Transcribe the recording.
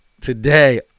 today